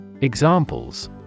Examples